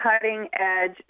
cutting-edge